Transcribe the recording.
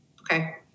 Okay